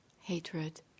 hatred